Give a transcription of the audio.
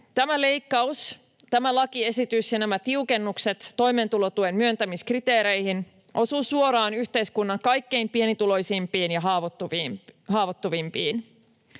Tämä leikkaus, tämä lakiesitys ja nämä tiukennukset toimeentulotuen myöntämiskriteereihin, osuu suoraan yhteiskunnan kaikkein pienituloisimpiin ja haavoittuvimpiin.